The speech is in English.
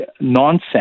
nonsense